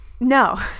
No